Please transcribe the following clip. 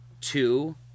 Two